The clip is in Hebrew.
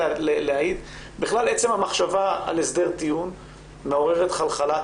להעיד בכלל עצם המחשבה על הסדר טיעון מעוררת חלחלה.